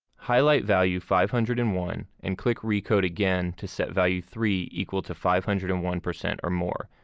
highlight value five hundred and one and click recode again to set value three equal to five hundred and one percent or more.